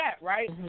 right